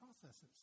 processes